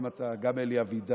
זה גם אתה וגם אלי אבידר,